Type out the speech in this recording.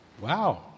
Wow